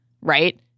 right